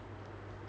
倒数